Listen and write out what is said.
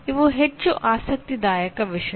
ಇವು ಹೆಚ್ಚು ಆಸಕ್ತಿದಾಯಕ ವಿಷಯಗಳು